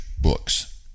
books